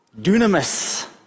dunamis